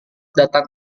datang